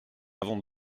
avons